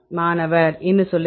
மாணவர் இன்சுலின்